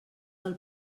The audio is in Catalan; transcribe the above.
del